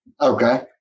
Okay